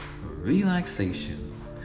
Relaxation